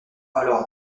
alors